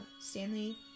Stanley